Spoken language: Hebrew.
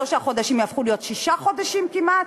ושלושה חודשים יהפכו להיות שישה חודשים כמעט,